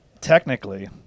technically